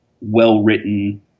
well-written